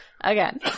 Again